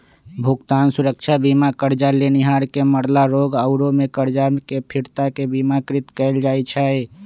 भुगतान सुरक्षा बीमा करजा लेनिहार के मरला, रोग आउरो में करजा के फिरता के बिमाकृत कयल जाइ छइ